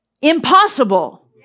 Impossible